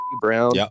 Brown